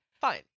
fine